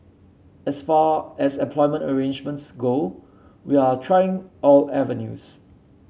as far as employment arrangements go we are trying all avenues